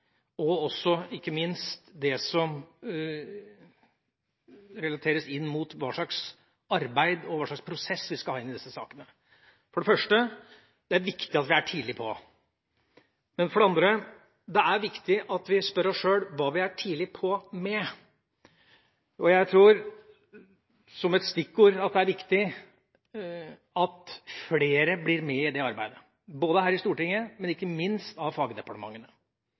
ikke minst det som relateres inn mot hva slags arbeid og hva slags prosess vi skal ha inn i disse sakene. For det første: Det er viktig at vi er tidlig på. For det andre: Det er viktig at vi spør oss sjøl hva vi er tidlig på med. Jeg tror, som et stikkord, at det er viktig at flere blir med i det arbeidet her i Stortinget, men ikke minst at fagdepartementene